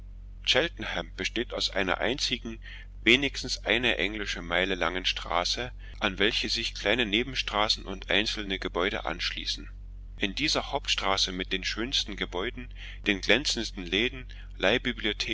besteht aus einer einzigen wenigstens eine englische meile langen straße an welche sich kleine nebenstraßen und einzelne gebäude anschließen in dieser hauptstraße mit den schönsten gebäuden den glänzendsten läden